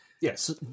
Yes